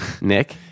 Nick